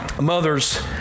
mothers